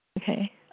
Okay